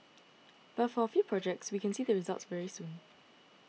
but for a few projects we can see the results very soon